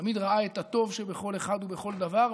תמיד ראה את הטוב שבכל אחד ובכל דבר,